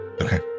Okay